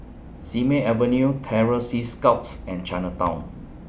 Simei Avenue Terror Sea Scouts and Chinatown